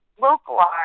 localized